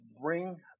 bring